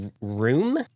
room